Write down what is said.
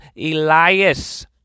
Elias